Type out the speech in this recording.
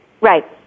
Right